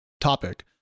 topic